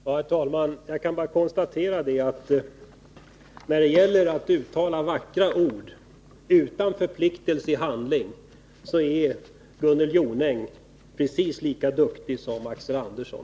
Herr talman! Jag kan bara konstatera att när det gäller att uttala vackra ord, utan förpliktelse till handling, är Gunnel Jonäng precis lika duktig som Axel Andersson.